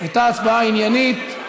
הייתה הצבעה עניינית.